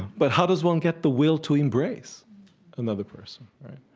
but how does one get the will to embrace another person right?